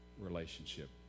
relationship